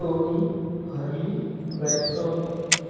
tony harley braxton